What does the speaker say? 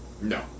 No